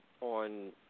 on